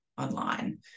online